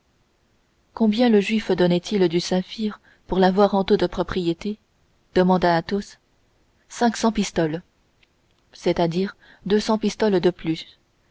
combien le juif donnait-il du saphir pour l'avoir en toute propriété demanda athos cinq cents pistoles c'est-à-dire deux cents pistoles de plus